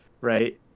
right